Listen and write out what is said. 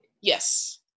yes